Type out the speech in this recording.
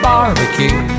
Barbecue